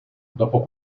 dopo